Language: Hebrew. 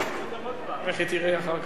היא תראה אחר כך?